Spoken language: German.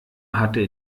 hatte